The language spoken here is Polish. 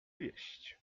jeść